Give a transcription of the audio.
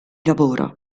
lavoro